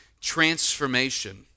transformation